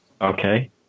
Okay